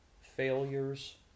failures